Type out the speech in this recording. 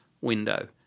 window